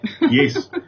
Yes